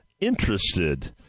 interested